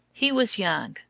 he was young,